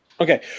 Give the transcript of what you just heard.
Okay